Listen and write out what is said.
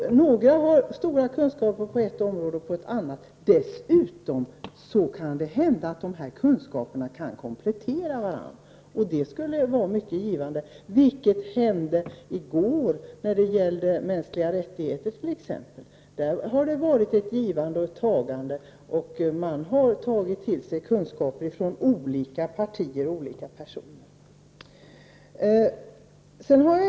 Några har stora kunskaper på ett område, andra på något annat. Dessutom kan det hända att dessa kunskaper kan komplettera varandra. Det skulle vara mycket givande, vilket vi fick bevis för i går i debatten om mänskliga rättigheter. Där har det varit ett givande och tagande, man har tagit till sig kunskaper från olika partier och olika personer.